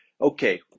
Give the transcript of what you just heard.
Okay